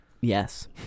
Yes